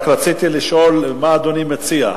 רק רציתי לשאול מה אדוני מציע.